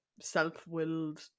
self-willed